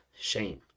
shame